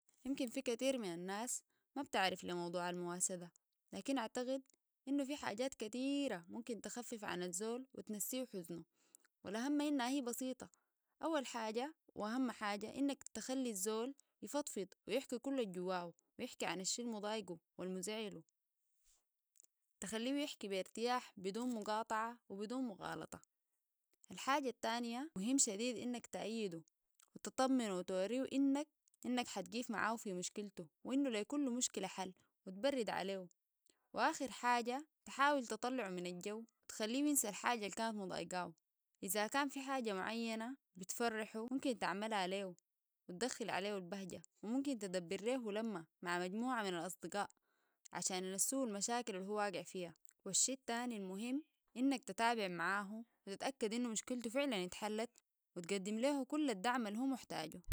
يمكن في كتير من الناس ما بتعرف لموضوع المواساة ده لكن اعتقد انه في حاجات كتير ممكن تخفف عن الزول وتنسيه حزنه ولا هم انها هي بسيطة اول حاجة واهم حاجة انك تخلي الزول يفطفط ويحكي كل جواه ويحكي عن الشي المضايقه والمزعله تخليه يحكي بارتياح بدون مقاطعة وبدون مغالطة الحاجة التانية مهم شديد انك تأيده تطمنه وتوريه انك ح تقيف معه في مشكلته وانو لكل مشكلة حل وتبرد عليه واخر حاجة تحاول تطلعو من الجو تخليه ينسى الحاجة اللي كانت مضايقاهو اذا كان في حاجة معينة بتفرحه ممكن تعملا ليهو وتدخل عليه البهجة وممكن تدبره لما مع مجموعة من الاصدقاء عشان ينسو المشاكل اللي هو وقع فيها والشي الثاني المهم انك تتابع معاه وتتأكد انه مشكلتو فعلا اتحلت وتقدم له كل الدعم اللي هو محتاجه